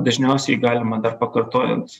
dažniausiai galima dar pakartojant